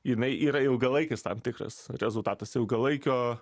jinai yra ilgalaikis tam tikras rezultatas ilgalaikio